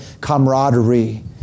camaraderie